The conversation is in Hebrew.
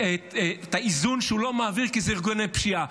את האיזון שהוא לא מעביר, כי זה ארגוני פשיעה.